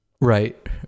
right